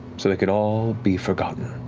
so they could all be forgotten.